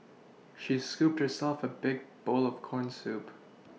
she scooped herself a big bowl of corn soup